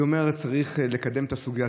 היא אומרת שצריך לקדם את הסוגיה,